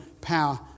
power